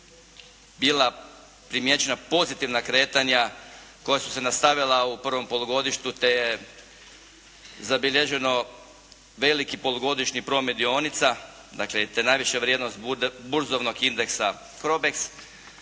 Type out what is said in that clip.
bila primijećena pozitivna kretanja koja su se nastavila u prvom polugodištu te je zabilježeno veliki polugodišnji promet dionica, dakle da najveća vrijednost burzovnog indexa Crobex.